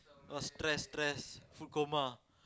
!wah! stress stress food coma